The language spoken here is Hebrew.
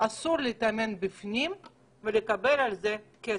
אסור לאמן בפנים ולקבל על זה כסף.